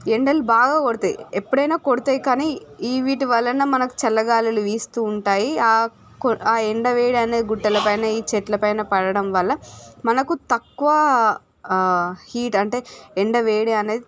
ఎండలు బాగా కొడుతాయి ఎప్పుడైనా కొడ్తాయి కాని ఈ వీటి వలన మనకు చల్ల గాలులు వీస్తూ ఉంటాయి ఎండ వేడి అనేది గుట్టలపైనా ఈ చెట్లపైనా పడడం వల్ల మనకు తక్కువ హీట్ అంటే ఎండ వేడి అనేది